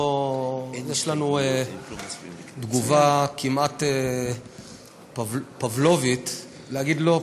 יש לנו תגובה כמעט פבלובית להגיד לא,